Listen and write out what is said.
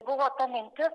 buvo ta mintis